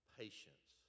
patience